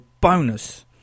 Bonus